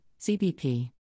CBP